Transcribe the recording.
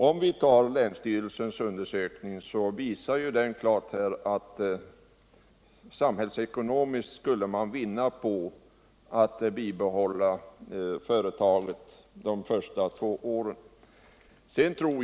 I varje fall länsstyrelsens undersökning visar emellertid klart att man samhällsekonomiskt skulle vinna på att bibehålla företaget under de två första åren.